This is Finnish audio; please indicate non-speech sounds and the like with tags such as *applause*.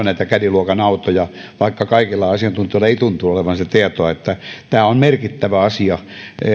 *unintelligible* näitä caddy luokan autoja on niin paljon vaikka kaikilla asiantuntijoilla ei tuntunut olevan sitä tietoa että tämä on merkittävä asia